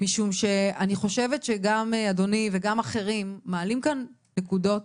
משום שאני חושבת שגם אדוני וגם אחרים מעלים כאן נקודות